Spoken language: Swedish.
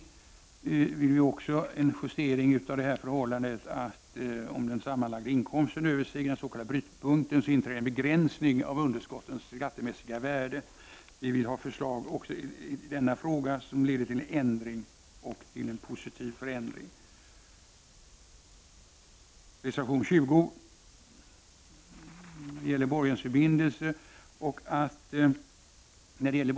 Här vill vi ha en justering beträffande det förhållandet, att om den sammanlagda inkomsten överstiger den s.k. brytpunkten, inträder en begränsning av underskottets skattemässiga värde. Vi önskar ett förslag som går ut på en positiv ändring. Jag yrkar bifall till reservationen. Reservation 20 gäller förlust genom borgensförbindelse.